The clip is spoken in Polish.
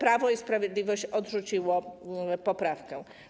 Prawo i Sprawiedliwość odrzuciło poprawkę.